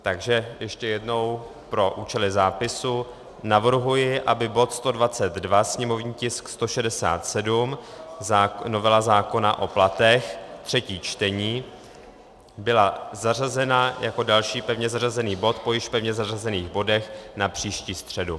Takže ještě jednou pro účely zápisu: navrhuji, aby bod 122, sněmovní tisk 167, novela zákona o platech, třetí čtení, byl zařazen jako další pevně zařazený bod po již pevně zařazených bodech na příští středu.